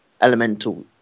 elemental